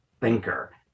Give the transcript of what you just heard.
thinker